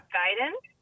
guidance